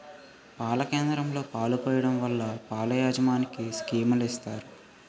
పాల కేంద్రంలో పాలు పోయడం వల్ల పాల యాజమనికి స్కీములు ఇత్తారు